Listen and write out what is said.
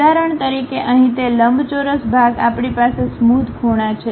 ઉદાહરણ તરીકે અહીં તે લંબચોરસ ભાગ આપણી પાસે સ્મોધ ખૂણા છે